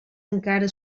encara